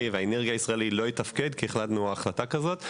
והאנרגיה הישראלית לא יתפקדו כי החלטנו החלטה כזאת.